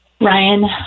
Ryan